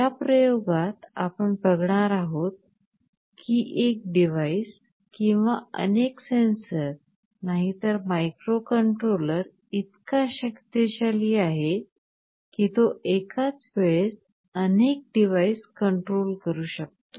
या प्रयोगात आपण बघणार आहोत की एक डिव्हाइस किंवा एक सेन्सरच नाही तर मायक्रोकंट्रोलर इतका शक्तिशाली आहे की तो एकाच वेळेस अनेक डिवाइस कंट्रोल करू शकतो